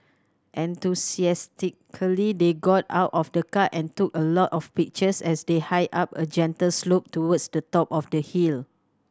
enthusiastically they got out of the car and took a lot of pictures as they hiked up a gentle slope towards the top of the hill